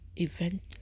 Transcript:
event